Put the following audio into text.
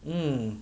mm